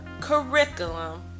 curriculum